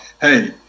hey